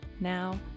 Now